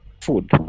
food